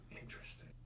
Interesting